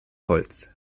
holz